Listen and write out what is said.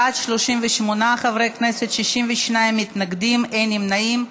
בעד, 38 חברי כנסת, 62 מתנגדים ואין נמנעים.